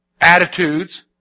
attitudes